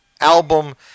album